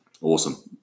awesome